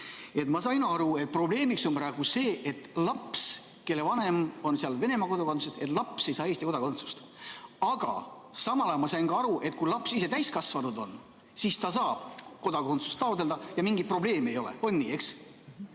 Ma sain aru, et probleemiks on praegu see, et laps, kelle vanem on Venemaa kodakondsusega, ei saa Eesti kodakondsust. Aga samal ajal ma sain aru, et kui laps ise täiskasvanud on, siis ta saab kodakondsust taotleda ja mingeid probleeme ei ole. On nii, eks?